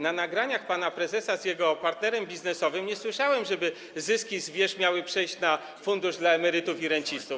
Na nagraniach pana prezesa z jego partnerem biznesowym nie słyszałem, żeby zyski z wież miały przejść na fundusz dla emerytów i rencistów.